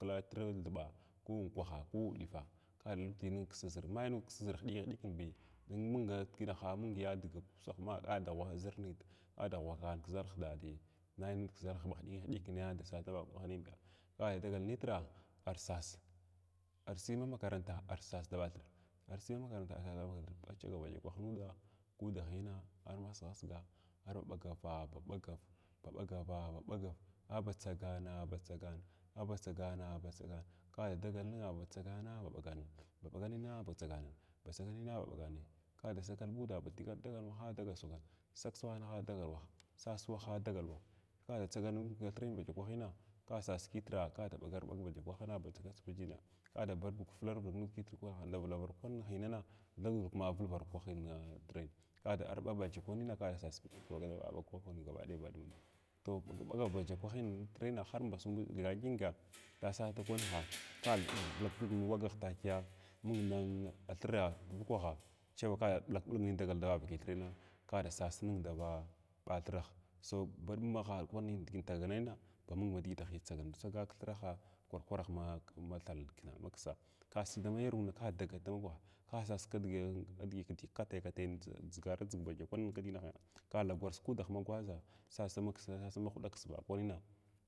Klawa tar thiɓa, ku unkwaha, ku uɗifa ka lakwti nud ksa ʒira ʒira mai nug ksa ʒir hyədikin bi dur mung nidiginha mung ya digi kushahma, ka da ghwaha ʒirnig kada ghurahan kʒarha daɗi nai nud kʒarha ba hyəɗikin hyəɗikin dasas duvakwanhbi kada dagal nitra arsas arsiy ma makaranta arsas daɓathir arsig mamaka. Manta arsay daɓathir ka achaga ba hulfu kwah nuda kudahins arma saghir siga arba ɓagava ba ɓagav baɓagava ɓagav aba ttsagna ba tsagan aba tsagaa butsagan kada budagal ninga ba tsagun ba ɓagan ba ɓagan nina batsagna ba ɓagan nay kudi sagal nuda badugi dagal waha dagal ttsagan sas wana dagal wahi sas waha dagal wak kada tsagan nud kthirn bata kwahin ka sus katra kuda ɓagar ɓag batakwahin batsagwa agyəna kaba dafukar fulg nud kudigit hinana thudar kuma valvar kwahin nud kithirni kada arɓa biyakwanin kada sas kitr ka gyagal kwahin bagaɓaɗaya baɗum tog digi bagar biya kwahi ihrina har mbas thyəya thyənga ka sas tukwannhs ka valau vulg nogagh takiya mung na thira turukwanght chaim kada buku bulg nin dagal davavakinthirina kada sas ning thaɓa ɓathirah so baɗummaha kwanin digi intagak nayina bamung ma digiti tsagananu tsaja kthrabi kwarkwaraha ma mathn maksaa ka siy dama yerwun kadagat dama guha ka sas kidiʒin diʒi kafay kafay dʒiʒar dʒig bagakwanna kidiʒitahna ka kagwana kuud ma gwaʒa sas maksa sas sama huɗaksa vauwahins.